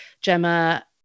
Gemma